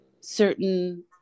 certain